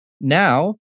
Now